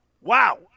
wow